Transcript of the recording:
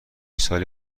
سالی